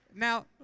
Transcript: Now